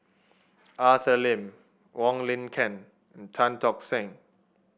Arthur Lim Wong Lin Ken and Tan Tock Seng